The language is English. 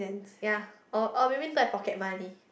ya or or maybe don't have pocket money